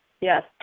Yes